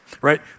Right